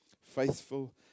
Faithful